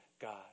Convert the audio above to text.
God